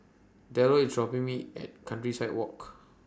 Derrell IS dropping Me At Countryside Walk